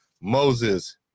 Moses